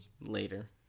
later